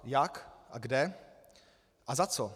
Jak a kde a za co?